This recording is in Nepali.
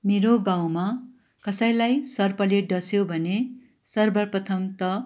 मेरो गाउँमा कसैलाई सर्पले डस्यो भने सर्वप्रथम त